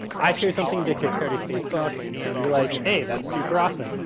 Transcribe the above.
i share something to kickstarter's facebook. and you're like hey, that's super awesome.